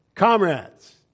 Comrades